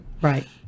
Right